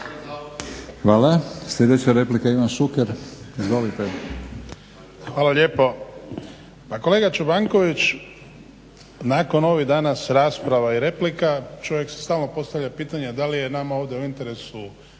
Hvala. Sljedeća replika, Ivan Šuker. Izvolite.